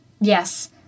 Yes